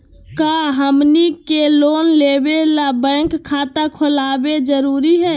का हमनी के लोन लेबे ला बैंक खाता खोलबे जरुरी हई?